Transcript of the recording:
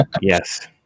Yes